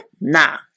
nah